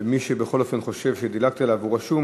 ומי שבכל אופן חושב שדילגתי עליו והוא רשום,